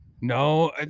No